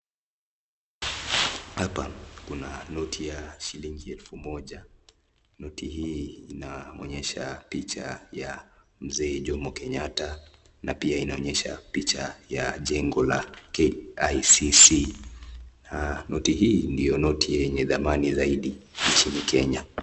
Hapa kuna noti ya shilingi elfu moja. Noti hii inamuonyesha picha ya mzee Jomo Kenyatta na pia inaonyesha picha ya jengo la KICC. Noti hii ndio noti yenye thamani zaidi nchini Kenya.